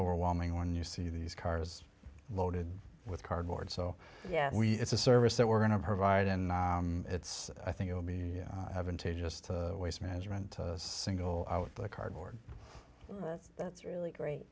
overwhelming when you see these cars loaded with cardboard so yeah it's a service that we're going to provide and it's i think it will be contagious to waste management to single out the cardboard that's really great